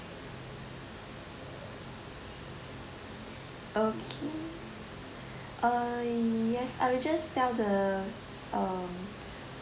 okay uh yes I will just tell the um